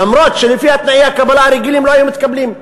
למרות שלפי תנאי הקבלה הרגילים הם לא היו מתקבלים.